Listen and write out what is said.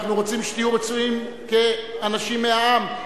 אנחנו רוצים שתהיו רצויים כאנשים מהעם,